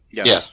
Yes